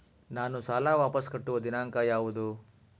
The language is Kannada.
ನಾನು ಸಾಲ ವಾಪಸ್ ಕಟ್ಟುವ ದಿನಾಂಕ ಯಾವುದು?